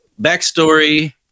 backstory